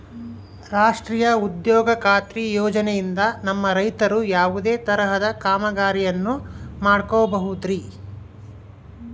ರಾಷ್ಟ್ರೇಯ ಉದ್ಯೋಗ ಖಾತ್ರಿ ಯೋಜನೆಯಿಂದ ನಮ್ಮ ರೈತರು ಯಾವುದೇ ತರಹದ ಕಾಮಗಾರಿಯನ್ನು ಮಾಡ್ಕೋಬಹುದ್ರಿ?